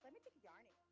let me take yarnie.